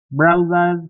browsers